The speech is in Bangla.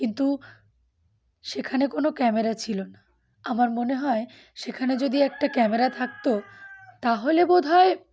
কিন্তু সেখানে কোনো ক্যামেরা ছিল না আমার মনে হয় সেখানে যদি একটা ক্যামেরা থাকতো তাহলে বোধ হয়